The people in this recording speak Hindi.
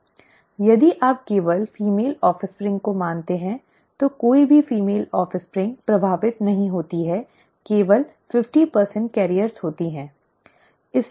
यदि आप केवल फीमेल ऑफ़स्प्रिंग को मानते हैं तो कोई भी फीमेल ऑफ़स्प्रिंग प्रभावित नहीं होती है लेकिन 50 वाहक होती हैं